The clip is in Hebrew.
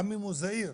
גם אם הוא זעיר,